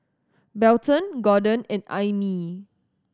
Belton Gorden and Aimee